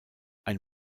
ein